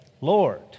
Lord